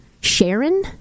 Sharon